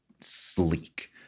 sleek